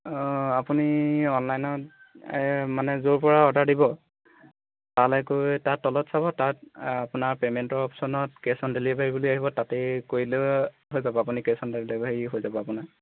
অঁ আপুনি অনলাইনত মানে য'ৰ পৰা অৰ্ডাৰ দিব তালৈ গৈ তাৰ তলত চাব তাত আপোনাৰ পে'মেণ্টৰ অপশ্যনত কেছ অন ডেলিভাৰী বুলি আহিব তাতে কৰিলেই হৈ যাব আপুনি কেছ অন ডেলিভাৰী হৈ যাব আপোনাৰ